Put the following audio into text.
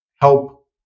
help